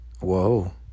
Whoa